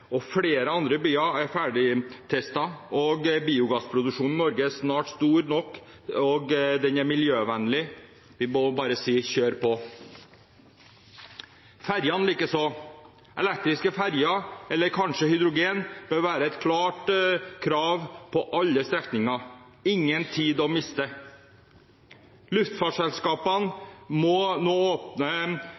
og i flere andre byer er ferdig testet, og biogassproduksjonen i Norge er snart stor nok, og den er miljøvennlig. Vi må bare si: Kjør på! Fergene likeså: Elektriske ferger, eller kanskje hydrogen, bør være et klart krav på alle strekninger. Det er ingen tid å miste. Luftfartsselskapene er nå åpne